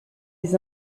les